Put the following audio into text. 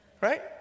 right